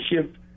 ship